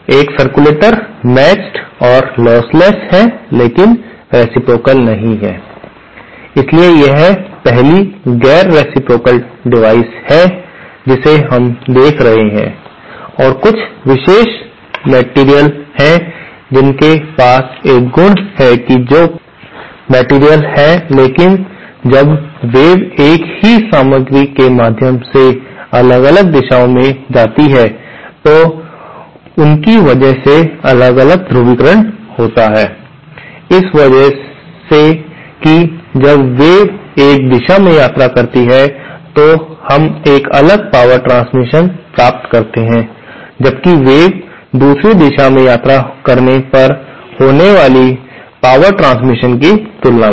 एक circulators matched और lossless है लेकिन रेसिप्रोकाल नहीं है इसलिए यह पहली गैर रेसिप्रोकाल डिवाइस है जिसे हम देख रहे हैं और कुछ विशेष सामग्रियां हैं जिनके पास यह गुण है जो कि पैसिव मटेरियल हैं लेकिन जब वेव एक ही सामग्री के माध्यम से अलग अलग दिशाओं में जाती है तो उसकी वजह से अलग अलग ध्रुवीकरण होता है इस वजह से कि जब वेव एक दिशा में यात्रा करती है तो हम एक अलग पावर ट्रांसमिशन प्राप्त करते हैं जबकि वेव दूसरी दिशा में यात्रा करने पर होने वाले बिजली ट्रांसमिशन की तुलना में